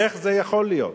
איך זה יכול להיות?